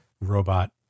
robot